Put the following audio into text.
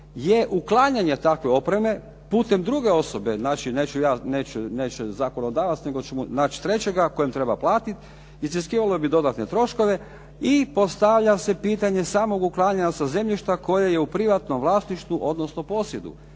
je uklanjanje takve opreme putem druge osobe, znači neću ja, neće zakonodavac, nego ćemo naći trećega kojem treba platiti, iziskivalo bi dodatne troškove i postavlja se pitanje samog uklanjanja sa zemljišta koje je u privatnom vlasništvu, odnosno posjedu.